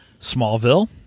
Smallville